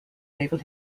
naval